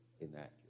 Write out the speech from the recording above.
inaccurate